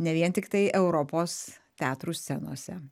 ne vien tiktai europos teatrų scenose